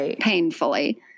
painfully